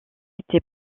été